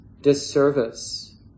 disservice